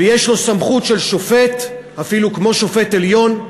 ויש לו סמכות של שופט, אפילו כמו שופט עליון,